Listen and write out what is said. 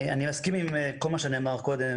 אני מסכים עם כל מה שנאמר קודם,